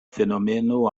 fenomeno